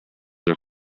are